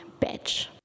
bitch